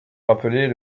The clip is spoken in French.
rappeler